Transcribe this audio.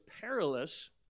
perilous